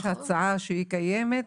יש הצעה קיימת,